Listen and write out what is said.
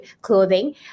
clothing